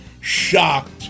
shocked